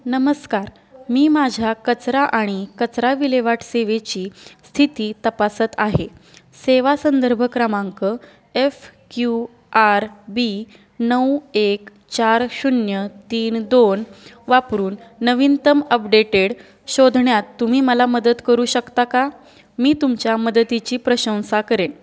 नमस्कार मी माझ्या कचरा आणि कचरा विल्हेवाट सेवेची स्थिती तपासत आहे सेवा संदर्भ क्रमांक एफ क्यू आर बी नऊ एक चार शून्य तीन दोन वापरून नवीनतम अपडेटेड शोधण्यात तुम्ही मला मदत करू शकता का मी तुमच्या मदतीची प्रशंसा करेन